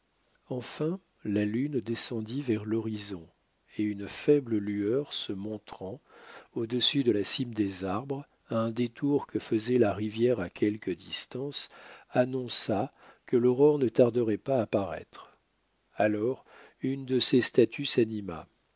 enfin la lune descendit vers l'horizon et une faible lueur se montrant au-dessus de la cime des arbres à un détour que faisait la rivière à quelque distance annonça que l'aurore ne tarderait pas à paraître alors une de ces statues s'anima